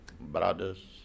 brothers